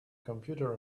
computer